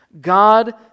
God